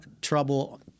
trouble